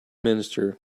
minister